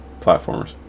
platformers